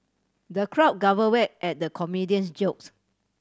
the crowd guffaw at the comedian's jokes